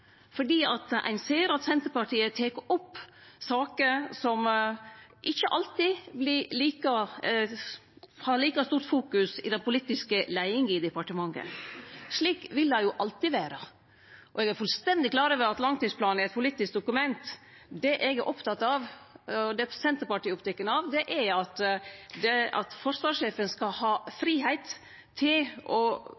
fordi ein ser at Senterpartiet tek opp saker som ikkje alltid er like mykje i fokus i den politiske leiinga i departementet. Slik vil det alltid vere. Eg er fullstendig klar over at langtidsplanen er eit politisk dokument. Det eg er oppteken av, og det Senterpartiet er oppteken av, er at forsvarssjefen skal ha